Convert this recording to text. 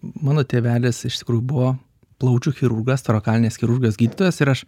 mano tėvelis iš tikrųjų buvo plaučių chirurgas torakalinės chirurgijos gydytojas ir aš